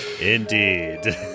indeed